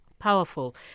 Powerful